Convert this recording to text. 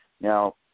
Now